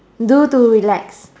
do to relax